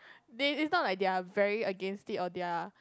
they it's not like they are very against it or they are